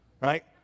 right